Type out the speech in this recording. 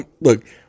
Look